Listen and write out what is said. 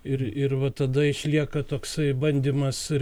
ir ir va tada išlieka toksai bandymas ir